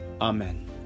Amen